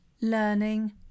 learning